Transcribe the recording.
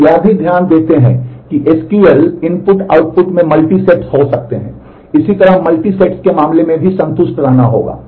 हम यह भी ध्यान देते हैं कि SQL इनपुट आउटपुट में मल्टीसेट्स हो सकते हैं इसी तरह मल्टीसेट्स के मामले में भी संतुष्ट रहना होगा